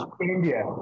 India